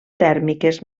tèrmiques